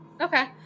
Okay